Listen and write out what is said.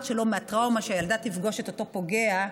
שלו מהטראומה שהילדה תפגוש את אותו פוגע,